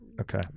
okay